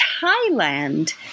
Thailand